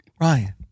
Ryan